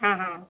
ହଁ ହଁ